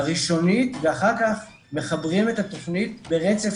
הראשונית ואחר כך מחברים את התוכנית לרצף